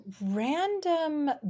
random